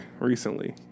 recently